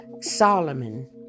Solomon